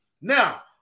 now